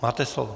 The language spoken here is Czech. Máte slovo.